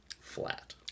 flat